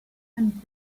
and